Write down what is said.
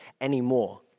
anymore